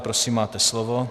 Prosím, máte slovo.